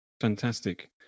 Fantastic